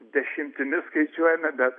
dešimtimis skaičiuojame bet